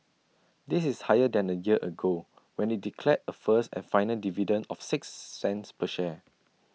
this is higher than A year ago when IT declared A first and final dividend of six cents per share